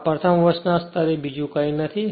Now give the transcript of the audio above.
આ પ્રથમ વર્ષ ના સ્તરે બીજું કંઇ નથી